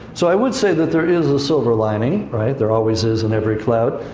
so, i would say that there is a silver lining, right? there always is in every cloud.